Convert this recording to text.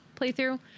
playthrough